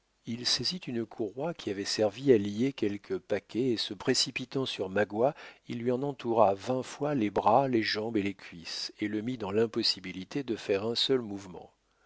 il saisit une courroie qui avait servi à lier quelque paquet et se précipitant sur magua il lui en entoura vingt fois les bras les jambes et les cuisses et le mit dans l'impossibilité de faire un seul mouvement